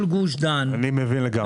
אני מבין לגמרי.